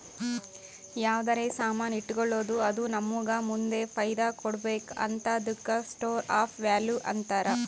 ಯಾವ್ದರೆ ಸಾಮಾನ್ ಇಟ್ಗೋಳದ್ದು ಅದು ನಮ್ಮೂಗ ಮುಂದ್ ಫೈದಾ ಕೊಡ್ಬೇಕ್ ಹಂತಾದುಕ್ಕ ಸ್ಟೋರ್ ಆಫ್ ವ್ಯಾಲೂ ಅಂತಾರ್